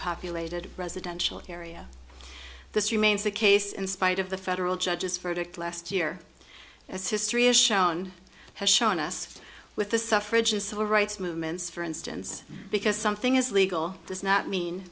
populated residential area this remains the case in spite of the federal judge's verdict last year as history has shown has shown us with the suffrage and civil rights movements for instance because something is legal does not mean